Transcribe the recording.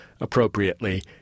appropriately